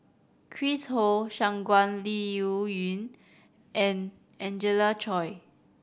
Chris Ho Shangguan Liuyun and Angelina Choy